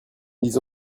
ils